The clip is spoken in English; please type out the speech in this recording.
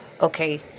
Okay